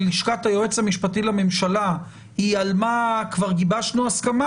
לשכת היועץ המשפטי לממשלה היא על מה כבר גיבשנו הסכמה,